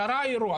קרה אירוע,